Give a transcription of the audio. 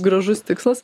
gražus tikslas